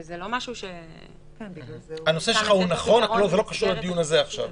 אבל זה לא משהו שניתן לו פתרון במסגרת הדיון הזאת.